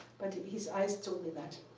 but his eyes told me that.